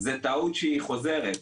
זה טעות שהיא חוזרת,